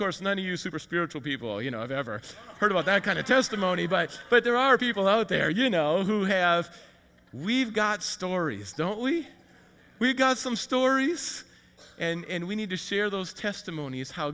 course none of you super spiritual people you know i've ever heard about that kind of testimony but but there are people out there you know who have we've got stories don't we we've got some stories and we need to share those testimonies how